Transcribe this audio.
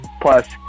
plus